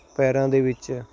ਪੈਰਾਂ ਦੇ ਵਿੱਚ